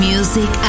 Music